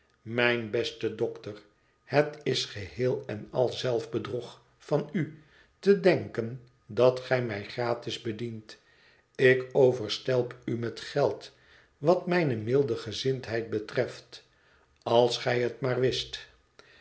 mijn beste dokter het is geheel en al een zelfbedrog van u te denken dat gij mij gratis bedient ik overstelp u met geld wat mijne milde gezindheid betreft als gij het maar wist